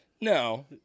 No